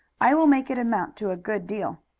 i will make it amount to a good deal.